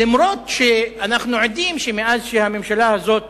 אפילו שאנחנו עדים לכך שמאז שהממשלה הזאת